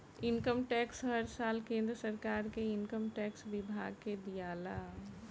income tax हर साल केंद्र सरकार के इनकम टैक्स विभाग के दियाला